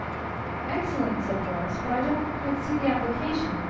excellent! said horace. but i don't quite see the application.